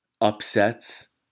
upsets